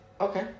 okay